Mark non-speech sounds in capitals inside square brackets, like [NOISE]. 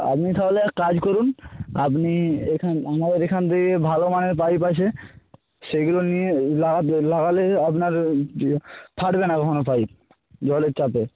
আপনি তাহলে এক কাজ করুন আপনি এখান আমাদের এখান থেকে ভালো মানের পাইপ আছে সেইগুলো নিয়ে লাগালে আপনার [UNINTELLIGIBLE] ফাটবে না কখনও পাইপ জলের চাপে